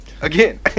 again